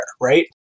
right